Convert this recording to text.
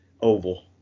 oval